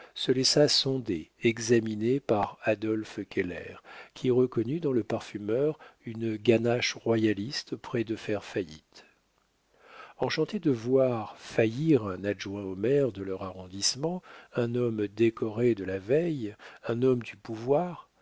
se laissa sonder examiner par adolphe keller qui reconnut dans le parfumeur une ganache royaliste près de faire faillite enchanté de voir faillir un adjoint au maire de leur arrondissement un homme décoré de la veille un homme du pouvoir